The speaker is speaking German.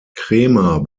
cremer